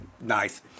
Nice